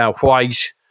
White